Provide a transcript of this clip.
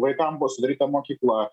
vaikam buvo sudaryta mokykla